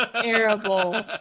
Terrible